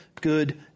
good